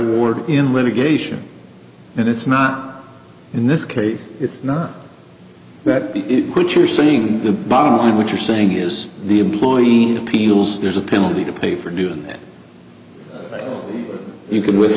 award in litigation and it's not in this case it's not that big in which you're seeing the bottom line what you're saying is the employee appeals there's a penalty to pay for doing that you can with